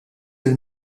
lill